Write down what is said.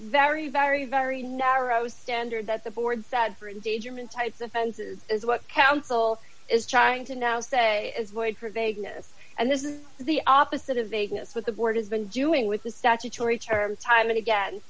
very very very narrow standard that the board said for endangerment types offenses is what counsel is trying to now say is void for vagueness and this is the opposite of vagueness with the board has been doing with the statutory term time and again